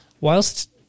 Whilst